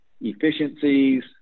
efficiencies